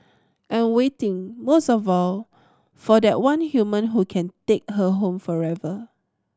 and waiting most of all for that one human who can take her home forever